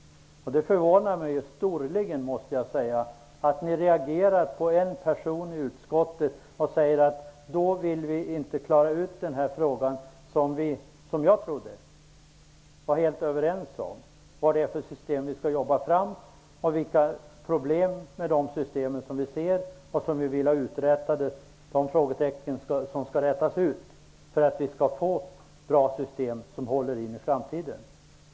Det förvånar mig storligen att ni säger att ni inte vill klara ut den här frågan -- som jag trodde att vi var helt överens om. Det gäller alltså vilket system som vi skall jobba fram och vilka problem vi ser med det system som vi sedan vill utreda, vilka frågetecken som skall rätas ut för att systemet skall bli bra och håller i framtiden.